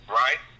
right